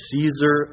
Caesar